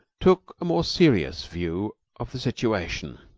took a more serious view of the situation.